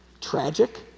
tragic